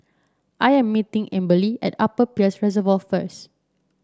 I am meeting Amberly at Upper Peirce Reservoir first